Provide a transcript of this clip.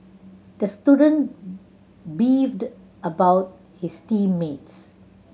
the student beefed about his team mates